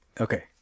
okay